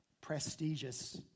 prestigious